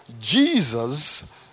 Jesus